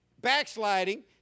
backsliding